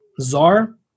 czar